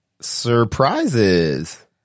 Surprises